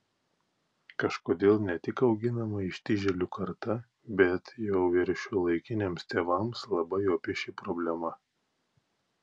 kažkodėl ne tik auginama ištižėlių karta bet jau ir šiuolaikiniams tėvams labai opi ši problema